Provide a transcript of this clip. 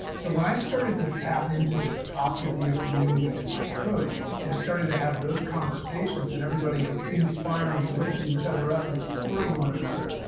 so when i started to tap into this optavia community and my coach and started to have those conversations and everybody was inspiring and lifting each other up and supporting one another,